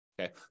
Okay